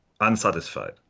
unsatisfied